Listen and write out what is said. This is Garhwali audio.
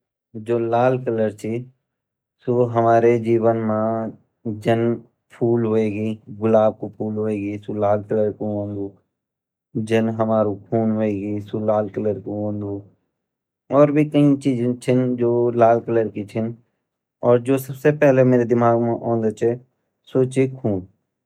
जू लाल कलर ची उ हमार जीवन मा जान फूल वेगी गुलाब का फूल वेगि सू लाल कलरो वोंदु जान हमार खून वेगि सू लाल कलरगो वोंदु और भी कई चीज़े छिन जु लाल कलर की वोन्दि अर जु सबसे पहली मेरा दिमाग मा औन्दु उ ची खून।